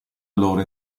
allora